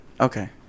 Okay